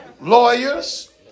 lawyers